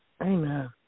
amen